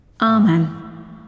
Amen